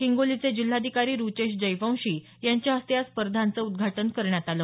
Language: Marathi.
हिंगोलीचे जिल्हाधिकारी रूचेश जयवंशी यांच्या हस्ते या स्पर्धांच उद्घाटन करण्यात आलं